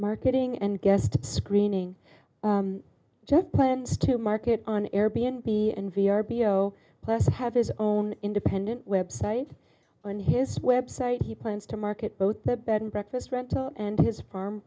marketing and guest screening just plans to market on air b n b and b are below plus have his own independent web site on his website he plans to market both the bed and breakfast rental and his farm